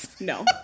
No